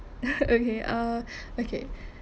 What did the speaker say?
okay uh okay